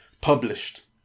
published